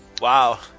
wow